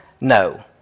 no